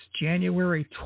January